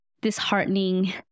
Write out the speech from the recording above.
disheartening